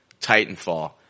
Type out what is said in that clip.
Titanfall